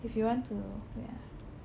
if you want to wait ah